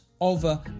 over